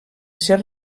ser